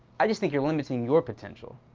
i just think your limiting your potential.